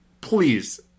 please